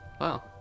Wow